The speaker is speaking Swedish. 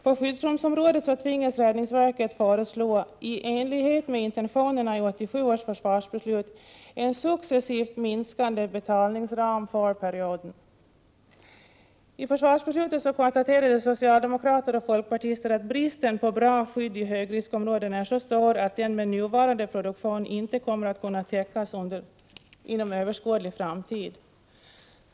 På skyddsrumsområdet tvingas räddningsverket föreslå — i enlighet med intentionerna i 1987 års försvarsbeslut — en successivt minskande betalningsram för perioden. I försvarsbeslutet konstaterade socialdemokrater och folkpartister att bristen på bra skydd i högriskområden är så stor att behovet med nuvarande produktion inte kommer att kunna täckas inom överskådlig tid.